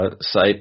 site